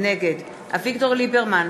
נגד אביגדור ליברמן,